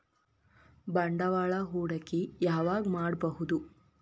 ಬಂಡವಾಳ ಹೂಡಕಿ ಯಾವಾಗ್ ಮಾಡ್ಬಹುದು?